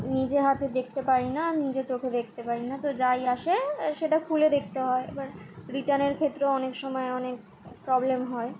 নিজে হাতে দেখতে পাই না নিজে চোখে দেখতে পারি না তো যাই আসে সেটা খুলে দেখতে হয় এবার রিটার্নের ক্ষেত্রও অনেক সময় অনেক প্রবলেম হয়